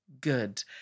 good